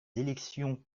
élections